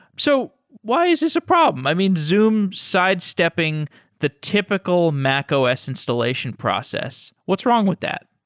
so why is this a problem? i mean, zoom sidestepping the typical macos installation process. what's wrong with that?